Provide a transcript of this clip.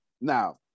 Now